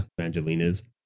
Angelina's